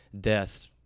deaths